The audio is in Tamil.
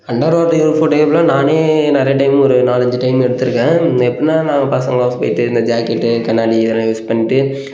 அண்டர் வாட்டர் இன்ஃபோ டைப்பில் நானே நிறையா டைம் ஒரு நாலஞ்சு டைம் எடுத்துருக்கேன் எப்பிடின்னா நாங்கள் பசங்களாக போய்விட்டு இந்த ஜாக்கெட்டு கண்ணாடி இதெல்லாம் யூஸ் பண்ணிட்டு